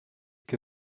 que